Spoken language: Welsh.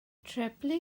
treblu